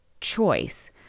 choice